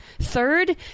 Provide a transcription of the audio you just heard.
Third